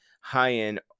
high-end